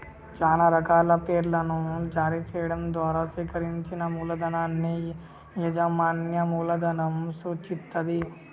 చానా రకాల షేర్లను జారీ చెయ్యడం ద్వారా సేకరించిన మూలధనాన్ని యాజమాన్య మూలధనం సూచిత్తది